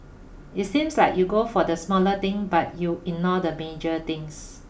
it seems that you go for the smaller thing but you ignore the major things